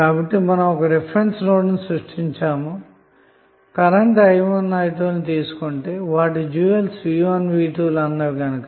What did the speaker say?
కాబట్టి మనం ఒక రిఫరెన్స్ నోడ్ను సృష్టించాము కరెంటు ల ను తీసుకొంటె వాటి డ్యూయల్స్ లు అన్నమాట